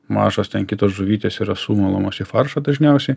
mažos ten kitos žuvytės yra sumalamos į faršą dažniausiai